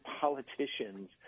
politicians